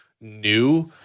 new